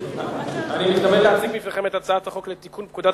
אני מתכבד להציג בפניכם את הצעת החוק לתיקון פקודת